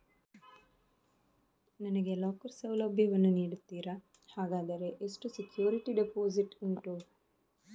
ನನಗೆ ಲಾಕರ್ ಸೌಲಭ್ಯ ವನ್ನು ನೀಡುತ್ತೀರಾ, ಹಾಗಾದರೆ ಎಷ್ಟು ಸೆಕ್ಯೂರಿಟಿ ಡೆಪೋಸಿಟ್ ಉಂಟು?